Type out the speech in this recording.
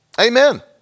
Amen